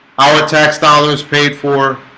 our tax dollars paid for